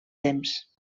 temps